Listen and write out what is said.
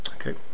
Okay